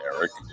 Eric